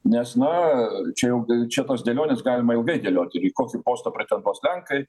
nes na čia jau čia tos dėlionės galima ilgai dėlioti į kokį postą pretenduos lenkai